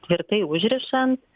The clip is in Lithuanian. tvirtai užrišant